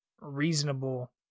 reasonable